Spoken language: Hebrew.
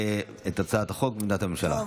את הצעת החוק מטעם הממשלה.